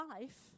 life